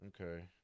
Okay